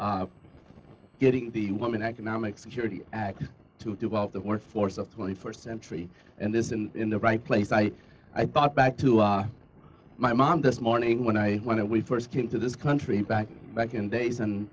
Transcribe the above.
you getting the woman economic security to develop the workforce of twenty first century and this in in the right place i i thought back to our my mom this morning when i went to we first came to this country back back in days and